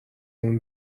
اون